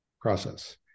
process